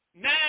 Now